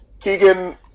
Keegan